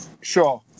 Sure